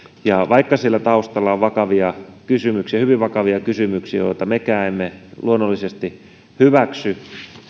vaikka siellä taustalla on vakavia kysymyksiä hyvin vakavia kysymyksiä joita mekään emme luonnollisesti hyväksy